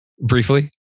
briefly